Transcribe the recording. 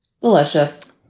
Delicious